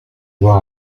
voir